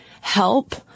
help